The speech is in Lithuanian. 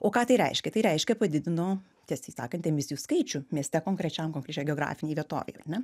o ką tai reiškia tai reiškia padidino tiesiai sakant emisijų skaičių mieste konkrečiam konkrečioj geografinėj vietovėj ar ne